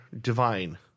divine